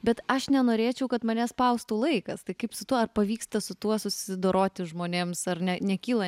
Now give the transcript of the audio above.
bet aš nenorėčiau kad mane spaustų laikas tai kaip su tuo ar pavyksta su tuo susidoroti žmonėms ar ne nekyla